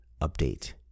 update